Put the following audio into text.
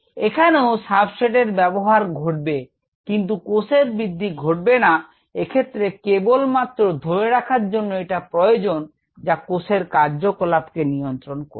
এখানেও সাবস্ট্রেট এর ব্যবহার ঘটবে কিন্তু কোষের বৃদ্ধি ঘটবে না এক্ষেত্রে কেবলমাত্র ধরে রাখার জন্য এটা প্রয়োজন যা কোষের কার্যকলাপকে নিয়ন্ত্রণ করবে